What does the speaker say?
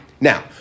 Now